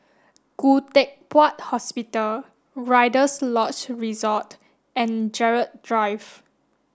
Khoo Teck Puat Hospital Rider's Lodge Resort and Gerald Drive